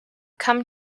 come